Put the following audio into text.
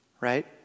right